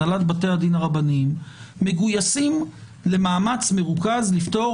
הנהלת בתי הדין הרבניים מגויסים למאמץ מרוכז לפתור